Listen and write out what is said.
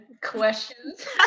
questions